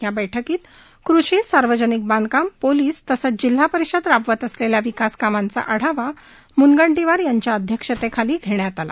या बैठकीत कृषी सार्वजनिक बांधकाम पोलिस तसंच जिल्हा परिषद राबवत असलेल्या विकास कामाचा आढावा मुनगंटीवार यांच्या अध्यक्षतेखाली घेण्यात आला